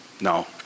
No